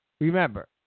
remember